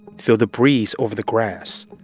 feel the breeze over the grass.